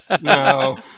No